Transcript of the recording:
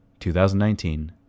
2019